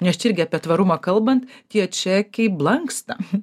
nes čia irgi apie tvarumą kalbant tie čekiai blanksta